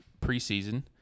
preseason